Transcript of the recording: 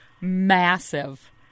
massive